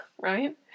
Right